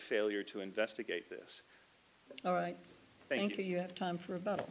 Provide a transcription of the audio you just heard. failure to investigate this all right thank you you have time for about